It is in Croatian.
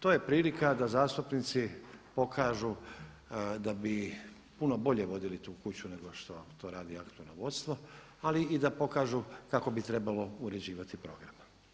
To je prilika da zastupnici pokažu da bi puno bolje vodili tu kuću nego što to radi aktualno vodstvo, ali i da pokažu kako bi trebalo uređivati program.